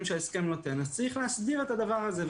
שההסכם נותן אז צריך להסדיר את הדבר הזה.